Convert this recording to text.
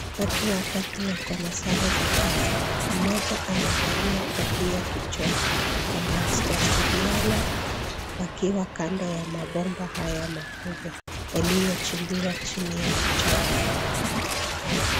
Watu watatu wako na sare za kazi. Mmoja amevalia kofia kichwani. Wanawasiliana wakiwa kando ya mabomba haya makubwa yaliyochimbiwa chini ya mchanga.